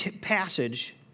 passage